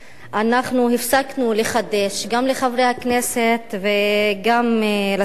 הפסקנו לחדש גם לחברי הכנסת וגם לשרים.